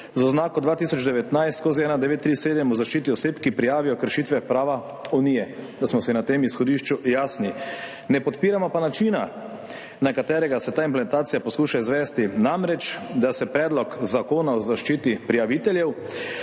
z oznako 2019/1937 o zaščiti oseb, ki prijavijo kršitve prava Unije, da smo si na tem izhodišču jasni. Ne podpiramo pa načina, na katerega se ta implementacija poskuša izvesti, namreč da se Predlog zakona o zaščiti prijaviteljev